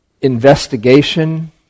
investigation